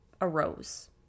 arose